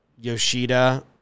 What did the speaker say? Yoshida